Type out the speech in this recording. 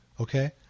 Okay